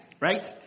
right